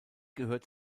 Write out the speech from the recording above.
gehört